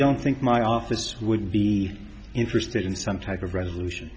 don't think my office would be interested in some type of resolution